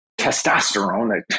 testosterone